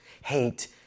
Hate